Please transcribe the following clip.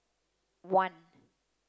one